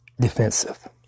defensive